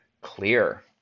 clear